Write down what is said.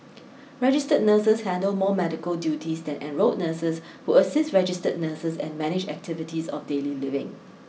registered nurses handle more medical duties than enrolled nurses who assist registered nurses and manage activities of daily living